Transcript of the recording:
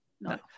no